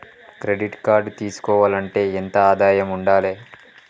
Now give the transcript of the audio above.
Credit card తీసుకోవాలంటే ఎంత ఆదాయం ఉండాలే?